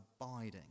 abiding